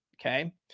Okay